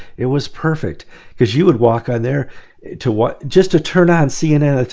it was perfect because you would walk on there to what? just to turn on cnn,